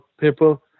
people